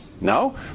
No